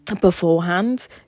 beforehand